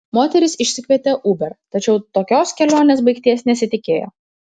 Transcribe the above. moteris išsikvietė uber tačiau tokios kelionės baigties nesitikėjo